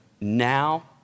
now